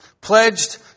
pledged